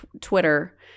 Twitter